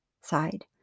side